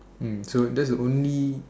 mm so that's the only